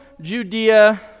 Judea—